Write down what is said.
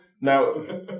Now